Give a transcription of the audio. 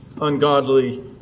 ungodly